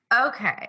Okay